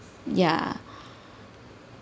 ya